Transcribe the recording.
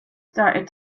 started